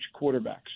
quarterbacks